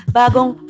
bagong